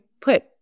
put